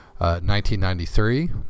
1993